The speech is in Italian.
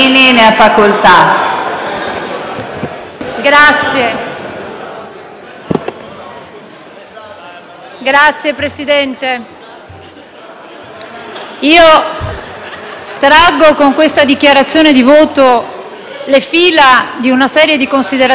Signor Presidente, con questa dichiarazione di voto traggo le fila di una serie di considerazioni che sono state fatte dai colleghi